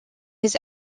his